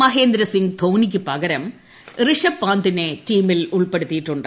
മഹേന്ദ്രസിംഗ് ധോണിയ്ക്കു പകരം ഋഷഭ് പന്തിനെ ടീമിൽ ഉൾപ്പെടുത്തിയിട്ടുണ്ട്